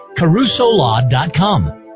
carusolaw.com